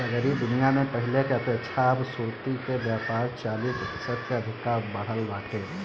सगरी दुनिया में पहिले के अपेक्षा अब सुर्ती के व्यापार चालीस प्रतिशत से अधिका बढ़ल बाटे